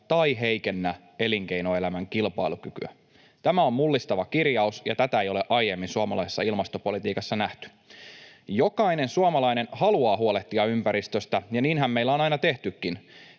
tai heikennä elinkeinoelämän kilpailukykyä.” Tämä on mullistava kirjaus, ja tätä ei ole aiemmin suomalaisessa ilmastopolitiikassa nähty. Jokainen suomalainen haluaa huolehtia ympäristöstä, ja niinhän meillä on aina tehtykin.